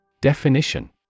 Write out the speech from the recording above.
Definition